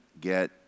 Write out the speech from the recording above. get